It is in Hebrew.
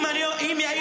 אם יאיר